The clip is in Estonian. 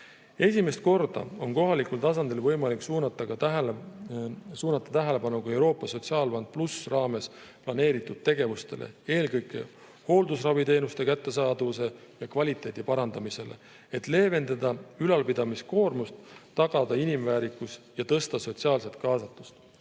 Esimest korda on kohalikul tasandil võimalik suunata tähelepanu ka Euroopa Sotsiaalfond+ raames planeeritud tegevustele, eelkõige hooldusraviteenuste kättesaadavuse ja kvaliteedi parandamisele, et leevendada ülalpidamiskoormust, tagada inimväärikus ja tõsta sotsiaalset kaasatust.